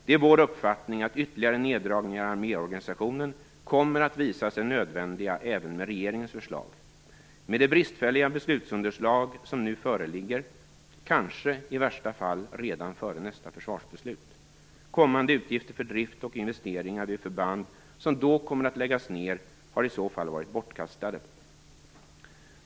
Det är vår uppfattning att ytterligare neddragningar i arméorganisationen kommer att visa sig vara nödvändiga även med regeringens förslag - med det bristfälliga beslutsunderlag som nu föreligger kanske i värsta fall redan före nästa försvarsbeslut. Kommande utgifter för drift och investeringar vid förband som då kommer att läggas ned har i så fall varit bortkastade.